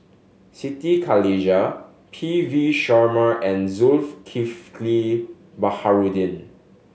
Siti Khalijah P V Sharma and Zulkifli Baharudin